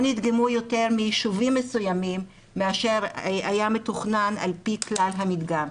או נדגמו יותר מיישובים מסוימים מאשר היה מתוכנן על פי כלל המדגם,